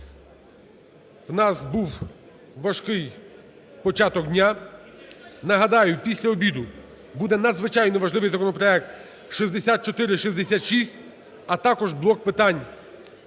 в нас був важкий початок дня. Нагадаю, після обіду буде надзвичайно важливий законопроект 6466, а також блок питань